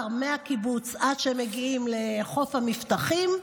מהקיבוץ עד שמגיעים לחוף המבטחים,